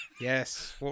Yes